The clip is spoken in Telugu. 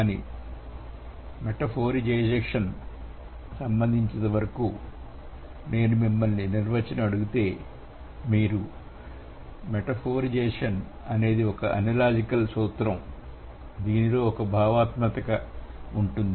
కానీ మెటఫోరిజేషన్ సంబంధించినంత వరకు నేను మిమ్మల్ని నిర్వచనం అడిగితే మీరు మెటఫోరిజేషన్ అనేది ఒక అనలాజికల్ సూత్రం దీనిలో ఒక భావనాత్మకత ఉంటుంది